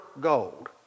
gold